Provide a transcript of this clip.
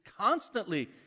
constantly